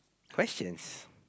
questions